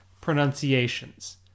pronunciations